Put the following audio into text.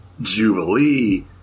Jubilee